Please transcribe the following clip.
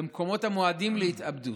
ולמקומות המועדים להתאבדות,